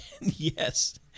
Yes